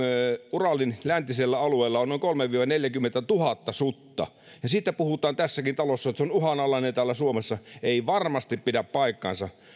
uralin läntisellä alueella on noin kolmekymmentätuhatta viiva neljäkymmentätuhatta sutta ja siitä puhutaan tässäkin talossa että se on uhanalainen täällä suomessa ei varmasti pidä paikkaansa